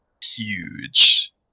huge